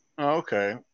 Okay